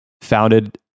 founded